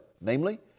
namely